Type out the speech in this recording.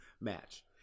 match